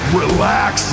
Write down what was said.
relax